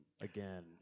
again